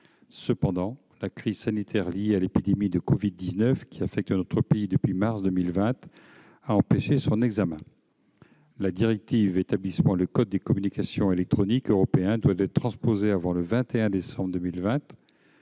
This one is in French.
Cependant, la crise sanitaire liée à l'épidémie de covid-19 qui affecte notre pays depuis mars 2020 a empêché son examen. La directive établissant le code des communications électroniques européen doit être transposée avant le 21 décembre 2020.